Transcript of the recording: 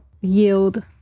yield